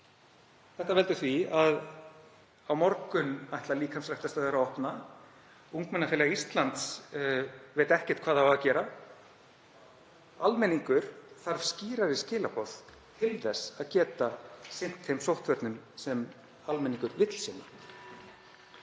Þetta veldur því að á morgun ætla líkamsræktarstöðvar að opna. Ungmennafélag Íslands veit ekkert hvað það á að gera. Almenningur þarf skýrari skilaboð til að geta sinnt þeim sóttvörnum sem almenningur vill sinna.